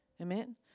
Amen